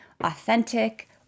authentic